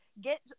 get